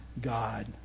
God